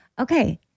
Okay